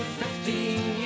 fifteen